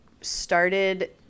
started